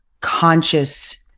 conscious